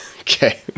Okay